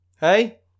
Hey